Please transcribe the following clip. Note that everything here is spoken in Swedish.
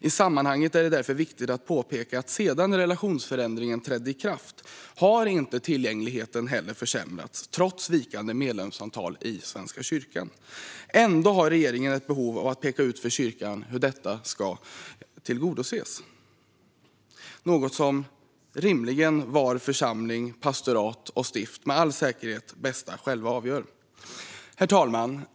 I sammanhanget är det därför viktigt att påpeka att sedan relationsförändringen trädde i kraft har tillgängligheten inte försämrats, trots vikande medlemsantal i Svenska kyrkan. Ändå har regeringen ett behov av att peka ut för kyrkan hur detta ska tillgodoses, något som varje församling, pastorat och stift med all säkerhet bäst själv avgör. Herr talman!